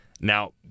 Now